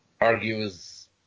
argues